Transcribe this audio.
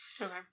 Okay